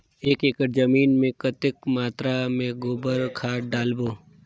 एक एकड़ जमीन मे कतेक मात्रा मे गोबर खाद डालबो?